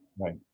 Right